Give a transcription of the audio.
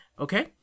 Okay